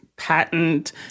patent